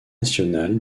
national